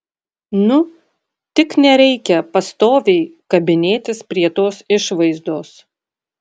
nu tik nereikia pastoviai kabinėtis prie tos išvaizdos